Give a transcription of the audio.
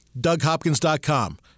DougHopkins.com